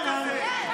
מירב,